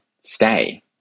stay